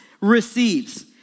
receives